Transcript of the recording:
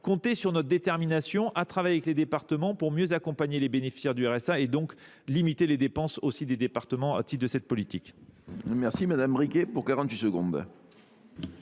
Comptez sur notre détermination à travailler avec les départements pour mieux accompagner les bénéficiaires du RSA et limiter les dépenses des départements au titre de cette politique. La parole est à Mme